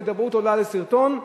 ההידברות עולה על שרטון,